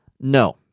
No